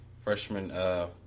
freshman